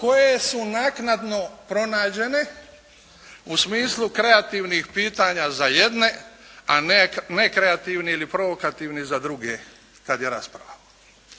koje su naknadno pronađene u smislu kreativnih pitanja za jedne a nekreativnih ili provokativni za druge kad je rasprava.